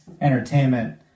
entertainment